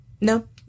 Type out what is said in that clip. no